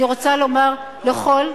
אני רוצה לומר לכל,